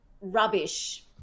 rubbish